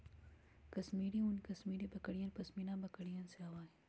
कश्मीरी ऊन कश्मीरी बकरियन, पश्मीना बकरिवन से आवा हई